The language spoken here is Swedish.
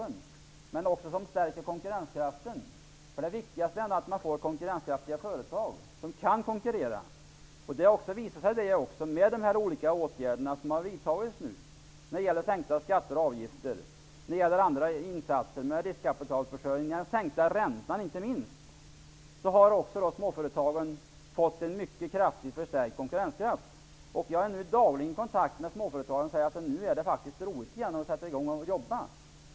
Det gäller också att stärka konkurrenskraften. Det viktigaste är ändock att man får konkurrenskraftiga företag som kan konkurrera. Man har vidtagit åtgärder när det gäller sänkta skatter och avgifter, riskkapitalförsörjning och inte minst sänkt ränta. Till följd av detta har småföretagens konkurrenskraft stärkts kraftigt. Jag har dagligen kontakt med småföretagare som säger att nu är det faktiskt roligt att sätta i gång och jobba igen.